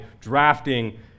drafting